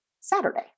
Saturday